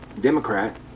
Democrat